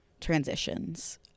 transitions